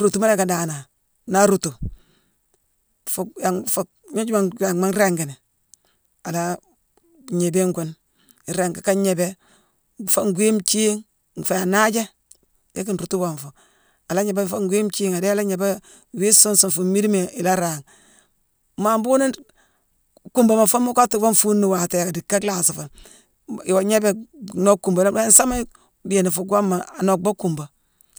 ruutuma lacki danane. Naa arootu, fuu yang-fuu-gnoojuma-yanghma ringini, ala- gnéébéne ghune iringi ka gnéébé foo ngwii nthiigh, nféé anaaja yicki nruutu wonfu. Ala gnéébé foo ngwii nthiigh, adéé la gnééba wii suun sune fuu mmiidima ila raagh. Maa mbhuughune kuumbama fuune mu kottu woo fuuni waatég, diicka lhaasi fuune. Mbon-iwoo gnéébé nock kuumba déé, baari nsaama dééyeni fuu gwomma, anockba kuumba?